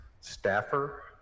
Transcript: staffer